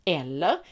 eller